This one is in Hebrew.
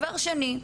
דבר שני,